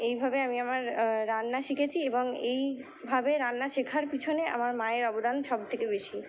এইভাবে আমি আমার রান্না শিখেছি এবং এইভাবে রান্না শেখার পিছনে আমার মায়ের অবদান সবথেকে বেশি